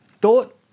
thought